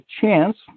chance